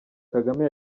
kagame